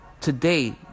today